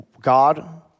God